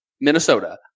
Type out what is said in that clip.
Minnesota